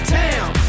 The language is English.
town